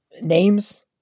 names